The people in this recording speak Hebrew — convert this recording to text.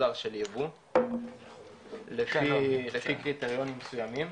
מסודר של ייבוא, לפי קריטריונים מסויימים.